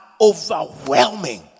overwhelming